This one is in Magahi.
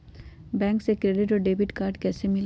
बैंक से क्रेडिट और डेबिट कार्ड कैसी मिलेला?